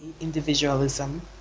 individualism